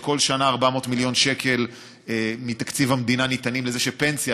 שכל שנה 400 מיליון שקל מתקציב המדינה ניתנים לזה שפנסיה,